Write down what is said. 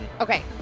Okay